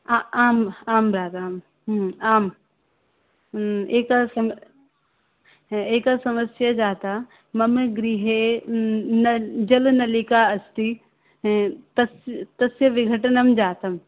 आ आम् आं भ्राता आं एकसम् एकसमस्या जाता मम् गृहे न न जलनलिका अस्ति त तस्य विघटनं जातं